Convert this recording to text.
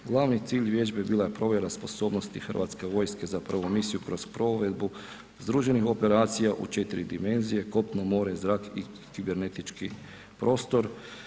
Glavni cilj vježbe bila je provjera sposobnosti Hrvatske vojske za prvo misiju kroz provedbu združenih operacija u 4 dimenzije, kopno, more, zrak i hibernetički prostor.